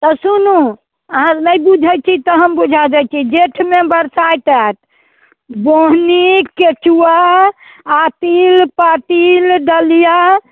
तऽ सुनू अहाँ नहि बुझैत छी तऽ हम बुझा दय छी जेठमे बरसाइत आएत बोहनी केचुआ आ तिल पाती डलिआ